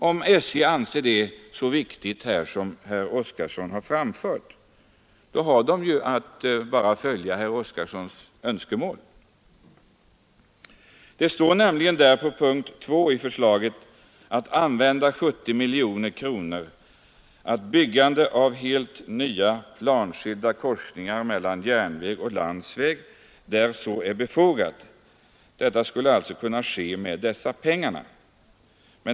Om SJ anser det så viktigt som herr Oskarson har framhållit, har SJ ju bara att följa herr Oskarsons önskemål. I p. 2 i förslaget står nämligen att 70 miljoner kronor bör användas bl.a. för ”byggandet av helt nya planskilda korsningar mellan järnväg och landsväg”. Detta skulle alltså kunna ske med dessa pengar.